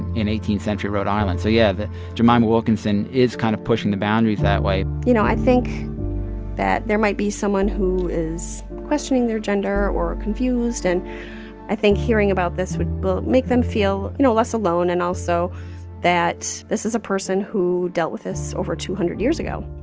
in eighteenth century rhode island. so yeah, jemima wilkinson is kind of pushing the boundaries that way you know, i think that there might be someone who is questioning their gender or confused, and i think hearing about this would make them feel, you know, less alone and also that this is a person who dealt with this over two hundred years ago,